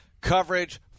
coverage